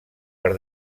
per